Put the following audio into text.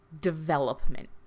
development